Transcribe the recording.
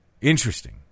interesting